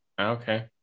okay